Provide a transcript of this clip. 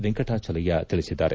ವೆಂಕಟಾಚಲಯ್ಯ ತಿಳಿಸಿದ್ದಾರೆ